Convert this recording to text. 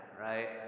right